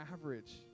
average